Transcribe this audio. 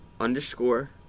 underscore